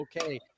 okay